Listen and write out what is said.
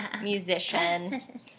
Musician